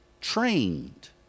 trained